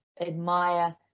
admire